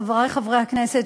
חברי חברי הכנסת,